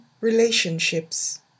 relationships